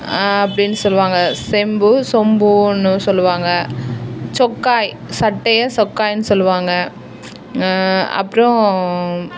அப்படின்னு சொல்லுவாங்க செம்பு சொம்புனும் சொல்லுவாங்க சொக்காய் சட்டையை சொக்காய்ன்னு சொல்லுவாங்க அப்புறோம்